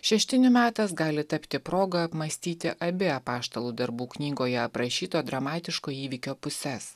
šeštinių metas gali tapti proga apmąstyti abi apaštalų darbų knygoje aprašyto dramatiško įvykio puses